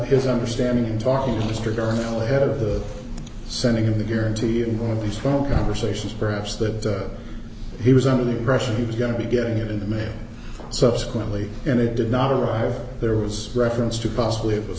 his understanding in talking to the district are now ahead of the sending of the guarantee in one of these phone conversations perhaps that he was under the impression he was going to be getting it in the mail subsequently and it did not arrive there was reference to possibly